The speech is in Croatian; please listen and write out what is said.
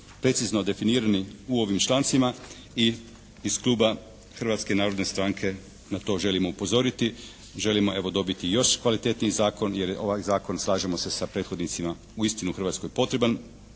precizno definirani u ovim člancima i iz kluba Hrvatske narodne stranke na to želimo upozoriti, želimo evo dobiti još kvalitetniji zakon, jer je ovaj zakon, slažemo sa prethodnicima uistinu Hrvatskoj potreban